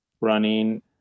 running